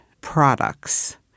products